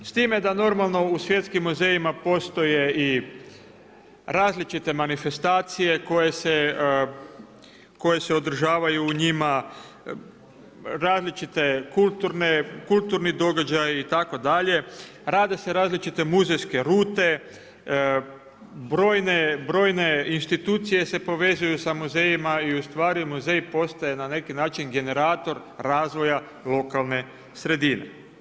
S time, da normalno u svjetskim muzejima postoje i različite manifestacije koje se održavaju u njima, različite kulturni događaji itd. rade se različite muzejske rute, brojne institucije se povezuju sa muzejima i ustvari muzej postaje na neki način generator razvoja lokalne sredine.